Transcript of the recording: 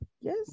Yes